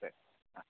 ಸರಿ ಹಾಂ